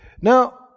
Now